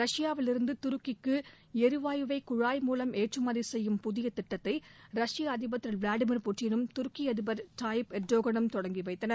ரஷ்யாவிலிருந்து துருக்கிக்கு எரிவாயுவை குழாய் மூலம் ஏற்றுமதி செய்யும் புதிய திட்டத்தை ரஷ்ய அதிபர் திரு விளாடிமிர் புட்டினும் துருக்கி அதிபர் தாயீப் எர்டோகனும் தொடங்கி வைத்தனர்